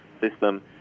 system